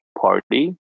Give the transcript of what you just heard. Party